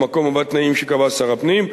במקום ובתנאים שקבע שר הפנים,